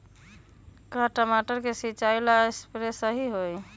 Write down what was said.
का टमाटर के सिचाई ला सप्रे सही होई?